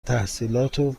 تحصیلاتو